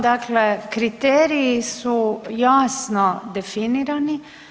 Dakle, kriteriji su jasno definirani.